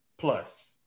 plus